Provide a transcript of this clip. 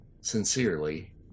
Sincerely